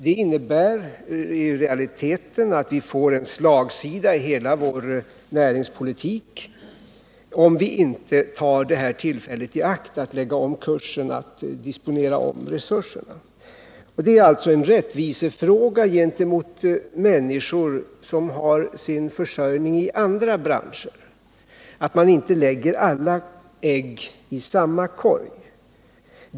Det innebär i realiteten att vi får en slagsida i hela vår näringspolitik om vi inte tar tillfället i akt att lägga om kursen, att disponera om resurserna. Det är en rättvisefråga gentemot de människor som har sin försörjning i andra branscher att man inte lägger alla ägg i samma korg.